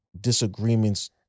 disagreements